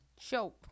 show